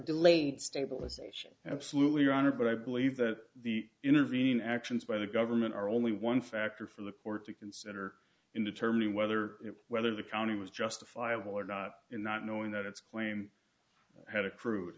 delayed stabilization absolutely your honor but i believe that the intervene actions by the government are only one factor for the poor to consider in determining whether whether the counting was justifiable or not in not knowing that its claim had accrued